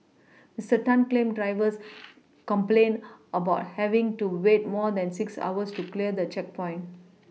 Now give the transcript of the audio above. Mister Tan claimed drivers complained about having to wait more than six hours to clear the checkpoint